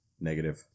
negative